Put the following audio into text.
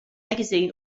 magazine